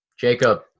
Jacob